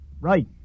right